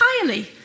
entirely